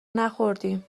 نخوردیم